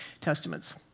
Testaments